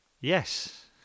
Yes